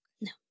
no